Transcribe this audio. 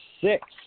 six